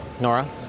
Nora